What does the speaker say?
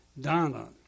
Donna